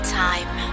time